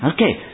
Okay